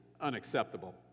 unacceptable